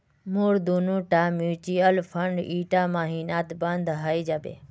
मोर दोनोटा mutual fund ईटा महिनात बंद हइ जाबे